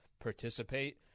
participate